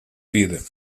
vida